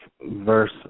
verse